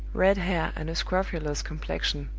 red hair, and a scrofulous complexion,